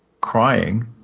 crying